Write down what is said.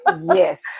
Yes